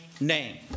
name